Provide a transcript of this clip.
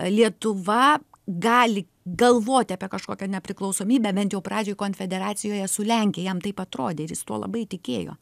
lietuva gali galvoti apie kažkokią nepriklausomybę bent jau pradžioj konfederacijoje su lenkija jam taip atrodė ir jis tuo labai tikėjo